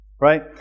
right